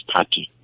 Party